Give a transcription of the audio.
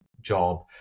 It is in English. job